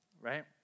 Right